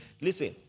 Listen